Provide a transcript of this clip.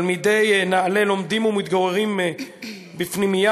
תלמידי נעל"ה לומדים ומתגוררים בפנימייה